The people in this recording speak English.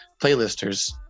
playlisters